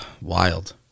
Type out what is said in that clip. Wild